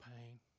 pain